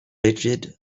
rigid